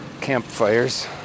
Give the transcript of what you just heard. campfires